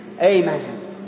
Amen